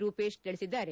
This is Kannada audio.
ರೂಪೇಶ್ ತಿಳಿಸಿದ್ದಾರೆ